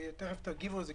ותכף תגיבו על זה,